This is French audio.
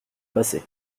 passé